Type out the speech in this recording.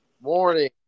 morning